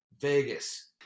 Vegas